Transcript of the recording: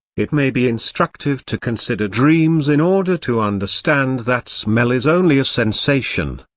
it may be instructive to consider dreams in order to understand that smell is only a sensation.